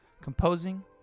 composing